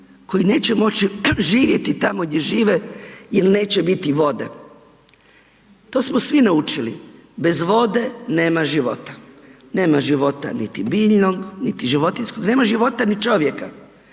koji neće moći živjeti tamo gdje žive jer neće biti vode. To smo svi naučili, bez vode nema života. Nema života niti biljnog niti životinjskog, nema života ni čovjeka.